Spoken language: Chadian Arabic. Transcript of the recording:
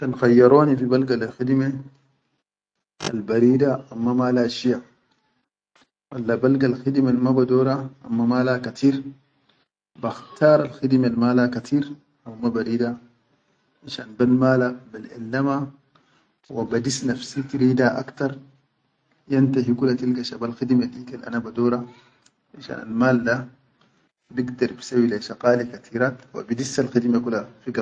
Kan khayyaroni fi balga leyi khidime, al barida amma mala shiya, walla balga khidimel ma badora amma mala katir, bakhtar khidimel mala katir haw ma ba rida finshan bel mala, beʼellama wa ba dis nafsi tirida akhtar yom ta hi kula tilgal shibal khidime dikel ana badaura finshan al mal da, bigdar bisawwi le yi shaqalil katirat wa bi dissal khidime kula.